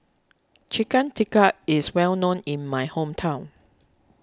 Chicken Tikka is well known in my hometown